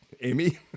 Amy